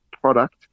product